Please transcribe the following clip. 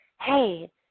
hey